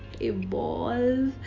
evolve